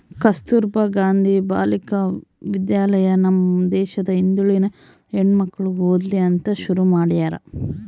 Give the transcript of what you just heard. ಕಸ್ತುರ್ಭ ಗಾಂಧಿ ಬಾಲಿಕ ವಿದ್ಯಾಲಯ ನಮ್ ದೇಶದ ಹಿಂದುಳಿದ ಹೆಣ್ಮಕ್ಳು ಓದ್ಲಿ ಅಂತ ಶುರು ಮಾಡ್ಯಾರ